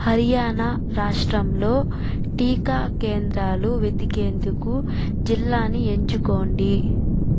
హర్యానా రాష్ట్రంలో టీకా కేంద్రాలు వెతికేందుకు జిల్లాని ఎంచుకోండి